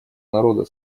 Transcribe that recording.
народа